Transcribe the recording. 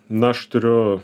na aš turiu